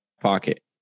pocket